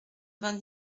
vingt